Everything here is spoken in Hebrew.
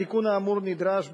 התיקון האמור נדרש,